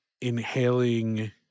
inhaling